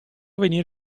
venir